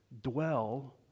Dwell